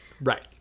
right